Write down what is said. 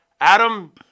Adam